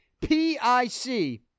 P-I-C